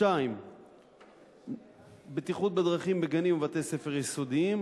2. בטיחות בדרכים בגנים ובבתי-הספר היסודיים,